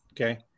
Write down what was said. okay